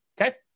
Okay